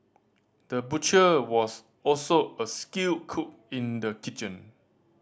the butcher was also a skilled cook in the kitchen